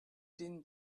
din